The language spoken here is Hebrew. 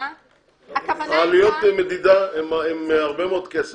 עלויות מדידה הן הרבה מאוד כסף.